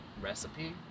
recipe